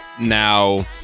now